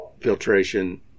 filtration